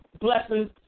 blessings